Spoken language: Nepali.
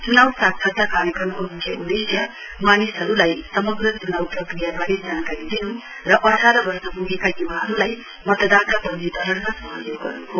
च्नाउ सारक्षता कार्यक्रमको मुख्य उदेश्य मानिसहरूलाई समग्र च्नाउ प्रक्रियाबारे जानकारी दिनु र अठार वर्ष पुगेका युवाहरूलाई मतदाता पञ्जीकरणमा सहयोग गर्नु हो